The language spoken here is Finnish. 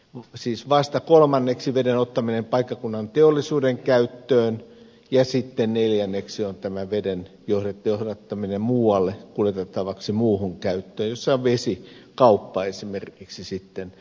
on siis vasta kolmanneksi veden ottaminen paikkakunnan teollisuuden käyttöön ja sitten neljänneksi on veden johdattaminen muualle kuljetettavaksi muuhun käyttöön jossa sitten on vesikauppa esimerkiksi mahdollista